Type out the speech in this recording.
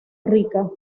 rica